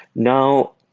now,